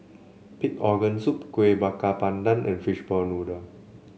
Pig Organ Soup Kuih Bakar Pandan and Fishball Noodle